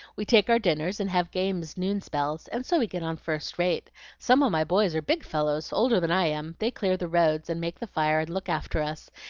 we take our dinners and have games noon-spells, and so we get on first rate some of my boys are big fellows, older than i am they clear the roads and make the fire and look after us,